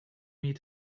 meet